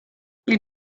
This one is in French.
ils